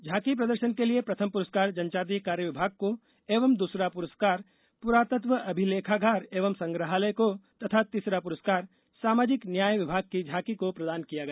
झांकी प्रदर्शन के लिए प्रथम पुरस्कार जनजातीय कार्य विभाग को दूसरा पुरस्कार पुरातत्व अभिलेखागार एवं संग्रहालय को तथा तीसरा पुरस्कार सामाजिक न्याय विभाग की झांकी को प्रदान किया गया